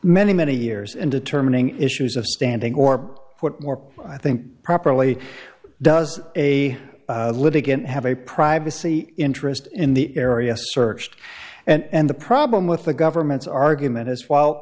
many many years in determining issues of standing or what more i think properly does a litigant have a privacy interest in the area searched and the problem with the government's argument is